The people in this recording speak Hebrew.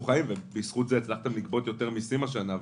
חיים ובזכות זה הצלחתם לגבות יותר מסים השנה.